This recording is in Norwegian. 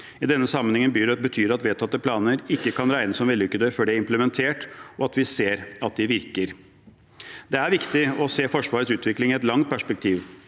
I denne sammenhengen betyr det at vedtatte planer ikke kan regnes som vellykkede før de er implementert og vi ser at de virker. Det er viktig å se Forsvarets utvikling i et langt perspektiv.